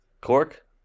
Cork